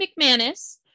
McManus